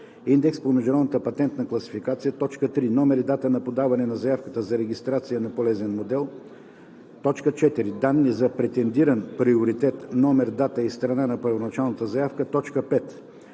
индекс по Международната патентна класификация; 3. номер и дата на подаване на заявката за регистрация на полезен модел; 4. данни за претендиран приоритет – номер, дата и страна на първоначалната заявка; 5.